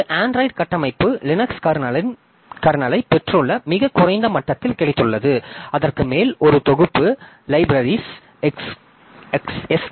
இது அண்ட்ராய்டு கட்டமைப்பு லினக்ஸ் கர்னலைப் பெற்றுள்ள மிகக் குறைந்த மட்டத்தில் கிடைத்துள்ளது அதற்கு மேல் ஒரு தொகுப்பு லைப்ரரிஸ் எஸ்